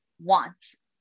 wants